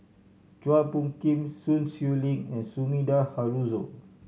Chua Phung Kim Sun Xueling and Sumida Haruzo